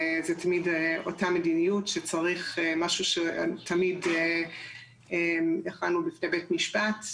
זה תמיד אותה מדיניות שצריך משהו שתמיד יכולנו בפני בית משפט,